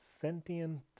sentient